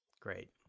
Great